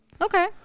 Okay